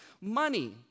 Money